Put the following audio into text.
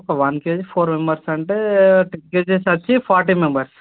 ఒక one KG four members అంటే ten KGs వచ్చీ ఫార్టీ మెంబర్స్